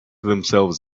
themselves